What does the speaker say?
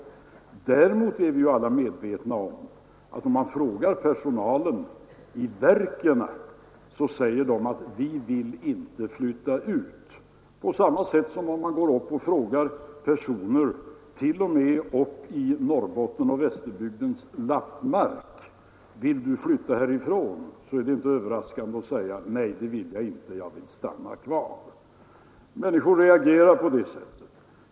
Däremot är vi alla medvetna om att personalen i verken, om man frågar dem, säger att de inte vill flytta ut. Frågar man likaså folk t.o.m. uppe i Norrbotten och Västerbottens lappmark om de vill flytta därifrån så är det inget överraskande i att få svaret att de vill stanna där. Människor reagerar på det sättet.